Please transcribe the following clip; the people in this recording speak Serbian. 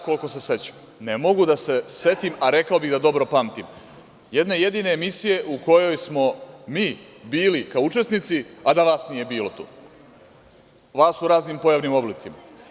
Koliko se sećam, ne mogu da se setim, a rekao bih da dobro pamtim, jedne jedine emisije u kojoj smo mi bili kao učesnici, a da vas nije bilo tu, vas u raznim pojavnim oblicima.